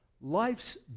Life's